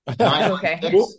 okay